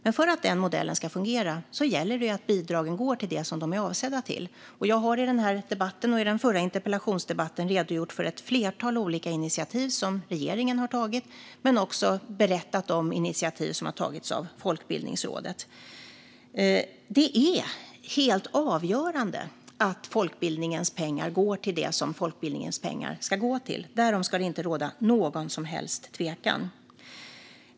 Men för att den modellen ska fungera gäller det att bidragen går till det de är avsedda för. Jag har i den här och den förra interpellationsdebatten redogjort för ett flertal olika initiativ som regeringen har tagit, men också berättat om initiativ som har tagits av Folkbildningsrådet. Det är helt avgörande att folkbildningens pengar går till det de ska gå till. Därom ska det inte råda någon som helst tvekan.